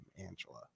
Angela